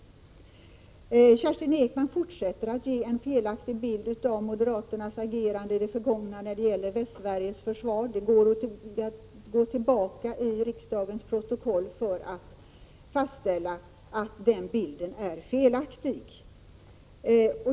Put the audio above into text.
Kerstin Ekman fortsätter att ge en felaktig bild av moderaternas agerande i det förgångna när det gäller Västsveriges försvar. Det är möjligt att gå tillbaka i riksdagens protokoll för att fastställa att hennes bild är felaktig.